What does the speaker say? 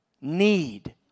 Need